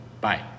Bye